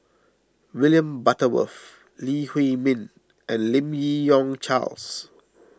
William Butterworth Lee Huei Min and Lim Yi Yong Charles